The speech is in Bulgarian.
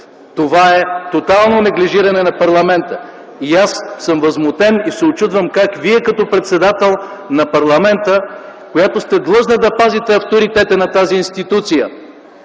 Това е тотално неглижиране на парламента. Аз съм възмутен и се учудвам как Вие като председател на парламента, която сте длъжна да пазите авторитета на тази институция,